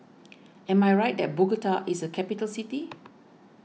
am I right that Bogota is a capital city